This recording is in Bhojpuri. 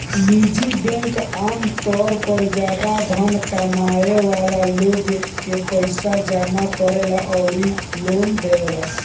निजी बैंकिंग आमतौर पर ज्यादा धन कमाए वाला लोग के पईसा जामा करेला अउरी लोन देवेला